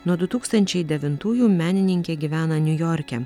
nuo du tūkstančiai devintųjų menininkė gyvena niujorke